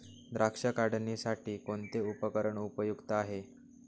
द्राक्ष काढणीसाठी कोणते उपकरण उपयुक्त आहे?